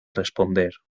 responder